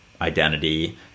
identity